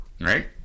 right